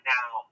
now